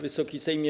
Wysoki Sejmie!